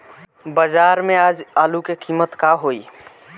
बाजार में आज आलू के कीमत का होई?